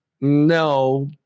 No